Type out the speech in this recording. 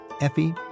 Effie